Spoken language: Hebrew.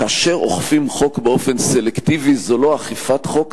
כאשר אוכפים חוק באופן סלקטיבי זו לא אכיפת חוק,